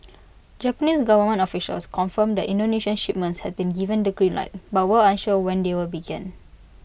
Japanese government officials confirmed that Indonesian shipments had been given the green light but were unsure when they would begin